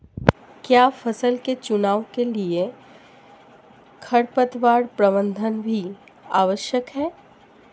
क्या फसल के चुनाव के लिए खरपतवार प्रबंधन भी आवश्यक है?